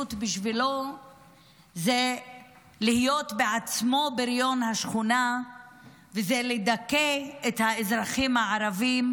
שהמשילות בשבילו זה להיות בעצמו בריון השכונה ולדכא את האזרחים הערבים,